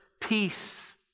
peace